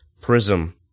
Prism